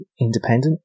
independent